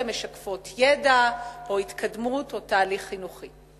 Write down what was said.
משקפות ידע או התקדמות או תהליך חינוכי.